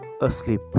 asleep